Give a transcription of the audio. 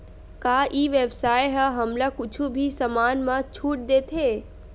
का ई व्यवसाय ह हमला कुछु भी समान मा छुट देथे?